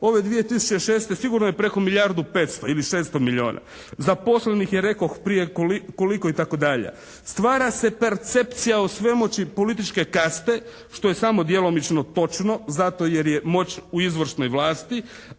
Ove 2006. sigurno je preko milijardu 500 ili 600 milijuna. Zaposlenih je rekoh prije koliko i tako dalje. Stvara se percepcija o svemoći političke kaste što je samo djelomično točno zato jer je moć u izvršnoj vlasti,